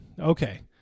Okay